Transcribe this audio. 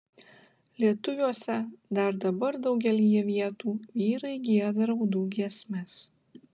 lietuviuose dar dabar daugelyje vietų vyrai gieda raudų giesmes